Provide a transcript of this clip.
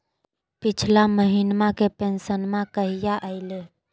पिछला महीना के पेंसनमा कहिया आइले?